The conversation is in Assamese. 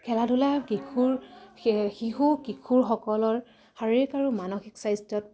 খেলা ধূলা শিশুৰ শিশু কিশোৰসকলৰ শাৰীৰিক আৰু মানসিক স্বাস্থ্যত